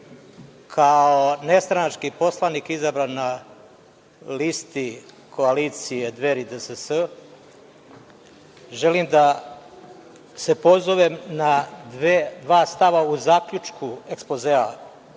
nestranački poslanik izabran na listi koalicije Dveri-DSS, želim da se pozovem na dva stava u zaključku ekspozea